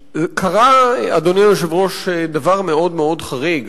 קרה, אדוני היושב-ראש, דבר מאוד מאוד חריג.